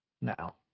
now